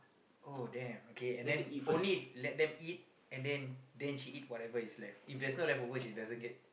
oh damn okay and then only let them eat and then then she eat whatever that is left if there's no leftover she doesn't get